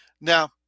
Now